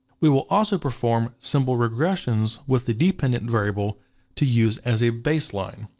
we will also perform simple regressions with the dependent variable to use as a baseline,